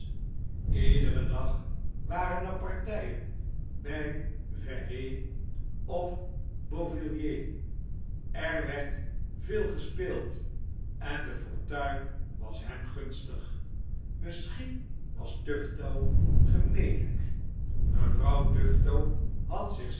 iederen dag waren er partijen bij very of beauvilliers er werd veel gespeeld en de fortuin was hem gunstig misschien was tufto gemelijk mevrouw tufto had zichzelf